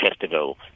festival